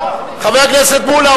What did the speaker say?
חבר הכנסת מולה,